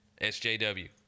SJW